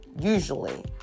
Usually